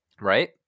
right